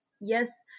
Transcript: yes